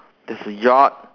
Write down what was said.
there's a yard